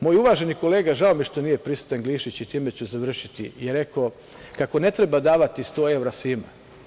Moj uvaženi kolega, žao mi je što nije prisutan, Glišić, i time ću završiti, je rekao kako ne treba davati 100 evra svima.